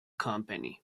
company